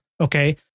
Okay